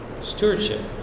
stewardship